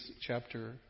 chapter